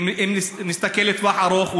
אם נסתכל לטווח ארוך,